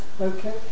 Okay